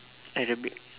Arabic